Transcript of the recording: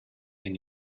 and